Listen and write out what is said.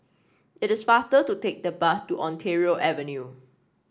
It is faster to take the bus to Ontario Avenue